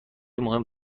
مهم